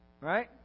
right